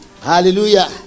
hallelujah